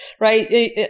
right